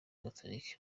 gatolika